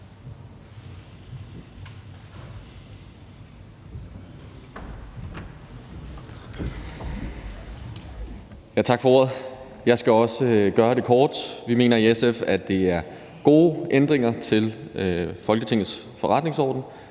Tak for ordet. Jeg skal også gøre det kort. Vi mener i SF, at det er gode ændringer til Folketingets forretningsorden.